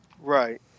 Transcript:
Right